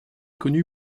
connu